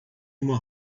uma